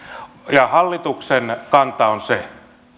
ja hallituksen kanta on se